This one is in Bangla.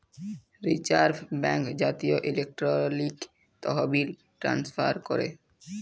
রিজার্ভ ব্যাঙ্ক জাতীয় ইলেকট্রলিক তহবিল ট্রান্সফার ক্যরে